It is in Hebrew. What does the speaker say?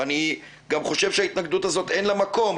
ואני גם חושב שלהתנגדות הזאת אין מקום.